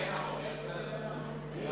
ההצעה להסיר מסדר-היום